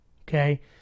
okay